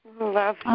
Love